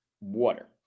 Water